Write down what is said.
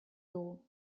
dugu